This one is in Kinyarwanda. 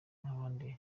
nk’abandi